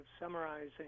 summarizing